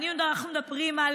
אנחנו מדברים על